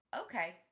okay